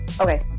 Okay